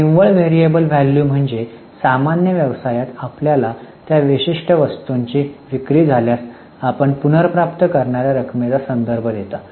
तर निव्वळ realisable value म्हणजे सामान्य व्यवसायात आपल्याला त्या विशिष्ट वस्तूंची विक्री झाल्यास आपण पुनर्प्राप्त करणार्या रकमेचा संदर्भ देता